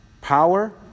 Power